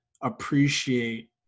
appreciate